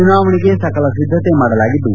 ಚುನಾವಣೆಗೆ ಸಕಲ ಸಿದ್ದತೆ ಮಾಡಲಾಗಿದ್ದು